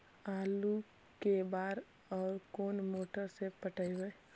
आलू के बार और कोन मोटर से पटइबै?